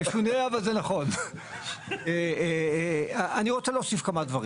אני רוצה להוסיף כמה דברים.